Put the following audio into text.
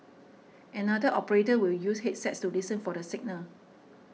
another operator will use headsets to listen for the signal